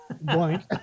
blank